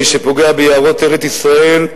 מי שפוגע ביערות ארץ-ישראל,